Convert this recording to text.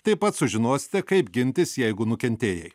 taip pat sužinosite kaip gintis jeigu nukentėjai